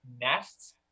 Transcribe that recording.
nests